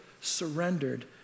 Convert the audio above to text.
surrendered